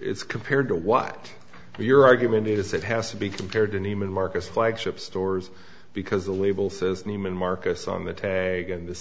it's compared to what your argument is it has to be compared to neiman marcus flagship stores because the label says neiman marcus on the tag and this